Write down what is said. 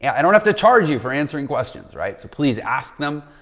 i don't have to charge you for answering questions, right? so please ask them.